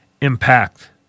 impact